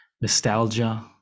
nostalgia